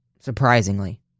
surprisingly